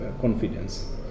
confidence